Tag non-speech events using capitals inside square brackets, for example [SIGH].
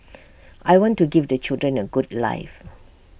[NOISE] I want to give the children A good life